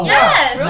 Yes